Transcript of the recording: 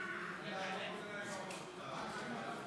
חבר הכנסת משה סעדה,